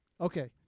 Okay